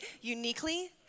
uniquely